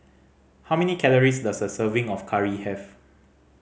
how many calories does a serving of curry have